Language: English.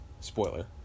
Spoiler